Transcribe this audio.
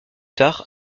tard